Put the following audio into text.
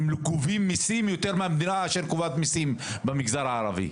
הם גובים מיסים יותר מהמדינה שגובה מיסים במגזר הערבי.